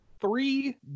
three